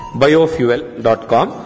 biofuel.com